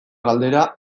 galdera